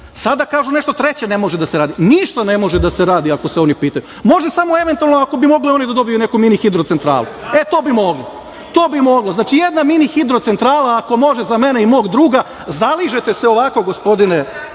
Sada kažu nešto treće ne može da se radi. Ništa ne može da se radi ako se oni pitaju. Može samo eventualno, ako bi mogli oni da dobiju neku mini hidrocentralu, e, to bi moglo. To bi moglo. Znači, jedna mini hidrocentrala, ako može za mene i mog druga, zaližete se ovako, gospodine,